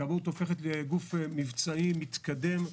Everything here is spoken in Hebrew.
הכבאות הופכת לגוף מבצעי מתקדם,